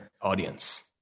audience